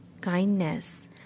kindness